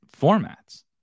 formats